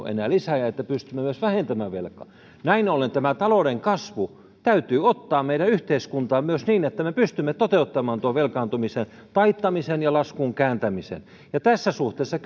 enää lisää ja että pystymme myös vähentämään velkaa näin ollen talouden kasvu täytyy ottaa meidän yhteiskuntaan myös niin että me pystymme toteuttamaan tuon velkaantumisen taittamisen ja laskuun kääntämisen eihän tämä tässä suhteessa